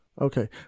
okay